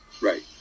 Right